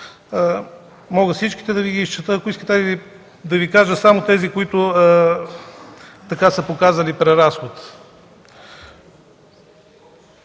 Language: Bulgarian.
Мога всичките да Ви ги изчета, а ако искате да Ви кажа само тези, които са показали преразход.